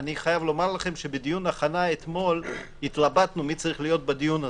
אני חייב לומר לכם שבדיון ההכנה אתמול התלבטנו מי צריך להיות בדיון הזה,